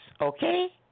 okay